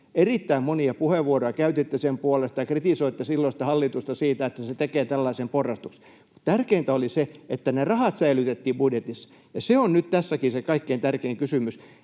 erittäin monia puheenvuoroja sen puolesta ja kritisoitte silloista hallitusta siitä, että se tekee tällaisen porrastuksen. Tärkeintä oli se, että ne rahat säilytettiin budjetissa. Se on nyt tässäkin se kaikkein tärkein kysymys.